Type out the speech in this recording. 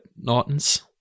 Norton's